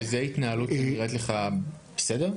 זו התנהלות שנראית לך סבירה?